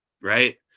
right